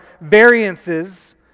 variances